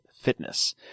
fitness